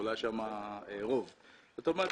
זאת אומרת,